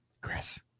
Chris